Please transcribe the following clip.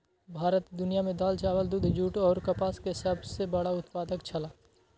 भारत दुनिया में दाल, चावल, दूध, जूट और कपास के सब सॉ बड़ा उत्पादक छला